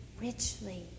richly